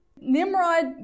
Nimrod